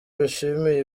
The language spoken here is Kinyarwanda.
bishimiye